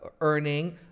earning